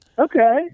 Okay